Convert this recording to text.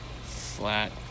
flat